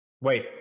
Wait